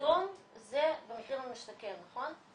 האדום זה 'מחיר למשתכן', נכון?